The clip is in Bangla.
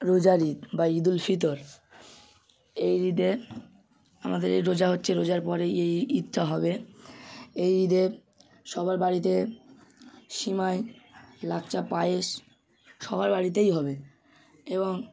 রোজার ঈদ বা ঈদুল ফিতর এই ঈদে আমাদের এই রোজা হচ্ছে রোজার পরেই এই ঈদটা হবে এই ঈদে সবার বাড়িতে সিমাই লাচ্ছা পায়েস সবার বাড়িতেই হবে এবং